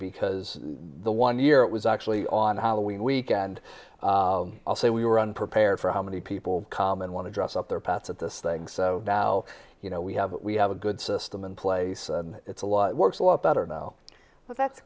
because the one year it was actually on halloween weekend also we were unprepared for how many people common want to dress up their pets at this thing so now you know we have we have a good system in place it's a law works a lot better now but that's